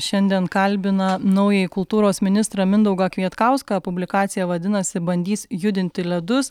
šiandien kalbina naująjį kultūros ministrą mindaugą kvietkauską publikacija vadinasi bandys judinti ledus